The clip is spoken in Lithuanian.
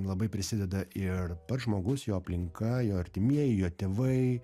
labai prisideda ir pats žmogus jo aplinka jo artimieji jo tėvai